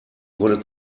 wurde